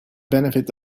benefit